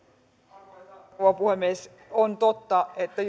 arvoisa rouva puhemies on totta että